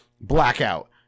blackout